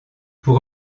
pour